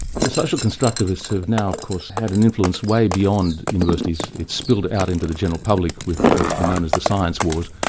the social constructivists have now, of course, had an influence way beyond universities. it's spilled out into the general public with what's been known as the science wars,